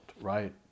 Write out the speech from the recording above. right